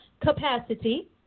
capacity